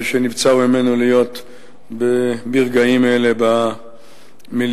שנבצר ממנו להיות ברגעים אלה במליאה,